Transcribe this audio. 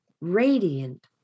radiant